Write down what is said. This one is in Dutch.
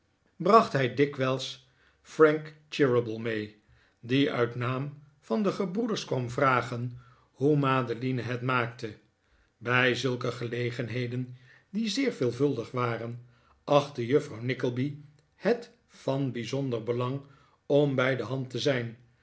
bracht hij dikwijls frank cheeryble mee die uit naam van de gebroeders kwam vragen hoe madeline het maakte bij zulke gelegenheden die zeer veelvuldig waren achtte juffrouw nickleby het van bijzonder belang om bij de hand te zijn